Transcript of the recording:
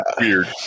weird